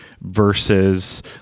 versus